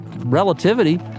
relativity